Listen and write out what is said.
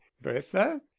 bertha